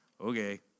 Okay